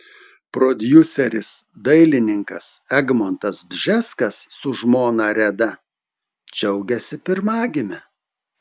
prodiuseris dailininkas egmontas bžeskas su žmona reda džiaugiasi pirmagime